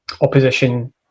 opposition